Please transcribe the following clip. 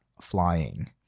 flying